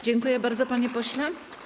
Dziękuję bardzo, panie pośle.